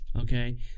okay